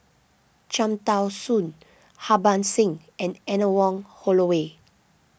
Cham Tao Soon Harbans Singh and Anne Wong Holloway